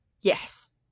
Yes